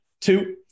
two